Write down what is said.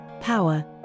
Power